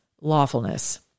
lawfulness